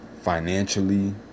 financially